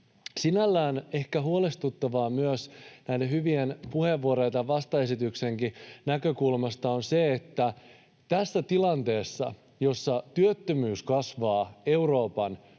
Sinällään ehkä huolestuttavaa myös näiden hyvien puheenvuorojen tai vastaesityksienkin näkökulmasta on se, että tässä tilanteessa, jossa työttömyys kasvaa Euroopan